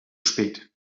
spät